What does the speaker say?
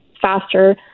faster